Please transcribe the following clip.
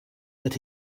that